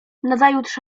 nazajutrz